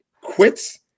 quits